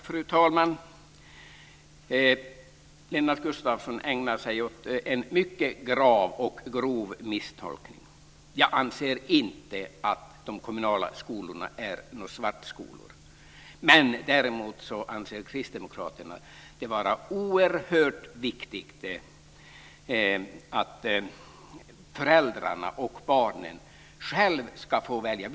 Fru talman! Lennart Gustavsson ägnar sig åt en mycket grav och grov misstolkning. Jag anser inte att de kommunala skolorna är några svartskolor. Däremot anser kristdemokraterna det vara oerhört viktigt att föräldrarna och barnen själva ska få välja.